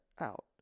out